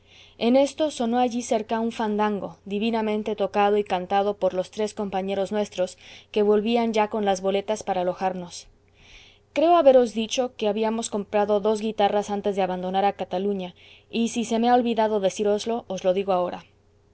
en esto sonó allí cerca un fandango divinamente tocado y cantado por los tres compañeros nuestros que volvían ya con las boletas para alojarnos creo haberos dicho que habíamos comprado dos guitarras antes de abandonar a cataluña y si se me ha olvidado decíroslo os lo digo ahora